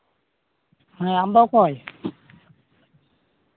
ᱦᱮᱸ ᱟᱢ ᱫᱚ ᱚᱠᱚᱭ